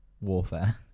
warfare